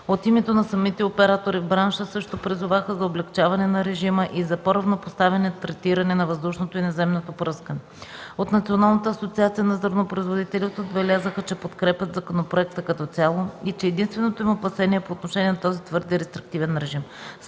От името на самите оператори в бранша също призоваха за облекчаване на режима и за по-равнопоставено третиране на въздушното и наземното пръскане. От Национална асоциация на зърнопроизводителите отбелязаха, че подкрепят законопроекта като цяло и че единственото им опасение е по отношение на този твърде рестриктивен режим.